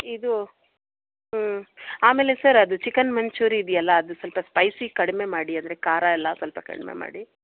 ಇದು ಹ್ಞೂ ಆಮೇಲೆ ಸರ್ ಅದು ಚಿಕನ್ ಮಂಚೂರಿ ಇದೆಯಲ್ಲ ಅದು ಸ್ವಲ್ಪ ಸ್ಪೈಸಿ ಕಡಿಮೆ ಮಾಡಿ ಅಂದರೆ ಖಾರ ಎಲ್ಲ ಸ್ವಲ್ಪ ಕಡಿಮೆ ಮಾಡಿ